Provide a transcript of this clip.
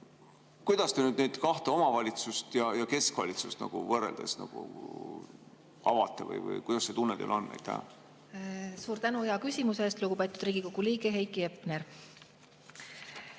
kuidas te neid kahte, omavalitsust ja keskvalitsust, võrreldes avate või kuidas see tunne teil on? Suur tänu hea küsimuse eest, lugupeetud Riigikogu liige Heiki Hepner!